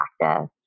practice